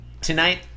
tonight